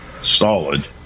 solid